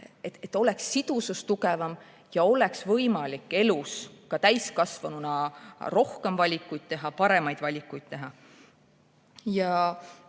tugevam sidusus ja oleks võimalik elus ka täiskasvanuna rohkem valikuid teha, paremaid valikuid teha. See,